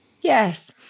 Yes